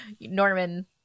Norman